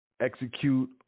execute